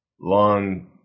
long